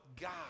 God